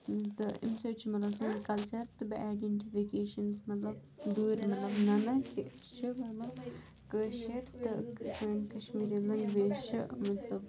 تہٕ اَمہِ سۭتۍ چھِ مطلب سون کَلچَر تہٕ بیٚیہِ آیڈٮ۪نٛٹِفِکیشن مطلب دوٗرے نَنان کہِ أسۍ چھِ مطلب کٲشِرۍ تہٕ سٲنۍ کشمیٖری لنٛگویج چھِ مطلب